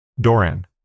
doran